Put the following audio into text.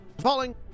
falling